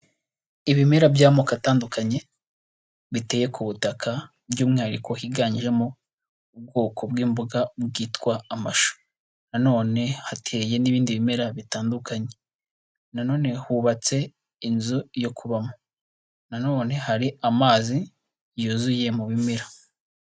Ibimera by'amoko atandukanye biteye ku butaka by'umwihariko higanjemo ubwoko bw'imboga bwitwa amashu, na none hateye n'ibindi bimera bitandukanye, na none hubatse inzu yo kubamo, na none hari amazi yuzuye mu bimera.